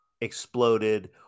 exploded